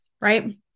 right